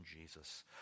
Jesus